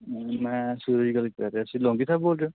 ਮੈਂ ਸਰ ਇਹ ਗੱਲ ਕਹਿ ਰਿਹਾ ਸੀ ਲੋਂਗੀ ਸਰ ਬੋਲ ਰਹੇ ਹੋ